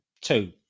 Two